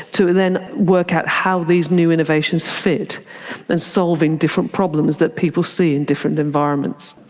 to then work out how these new innovations fit and solving different problems that people see in different environments.